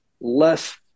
less